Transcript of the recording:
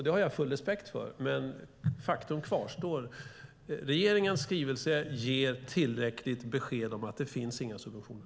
Det har jag full respekt för, men faktum kvarstår. Regeringens skrivelse ger tillräckligt besked: Det finns inga subventioner.